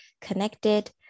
connected